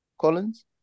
Collins